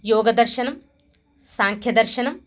योगदर्शनं साङ्ख्यदर्शनं